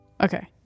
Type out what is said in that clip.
Okay